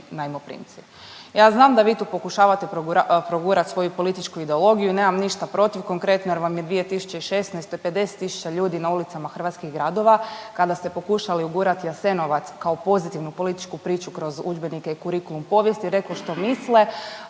najmoprimci. Ja znam da vi tu pokušava progurat svoju političku ideologiju, nemam ništa protiv konkretno jer vam je 2016. 50.000 ljudi na ulicama hrvatskih gradova kada ste pokušali ugurati Jasenovac kao pozitivnu političku priču kroz udžbenike i kurikulum povijesti reklo što misle,